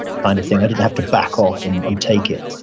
kind of thing. i didn't have to back off and and take it.